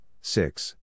six